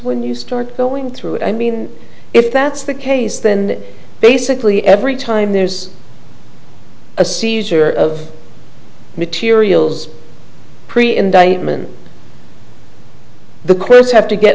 when you start going through it i mean if that's the case then basically every time there's a seizure of materials pre indictment the kurds have to get